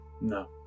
No